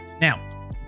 Now